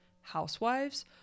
housewives